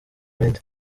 ibindi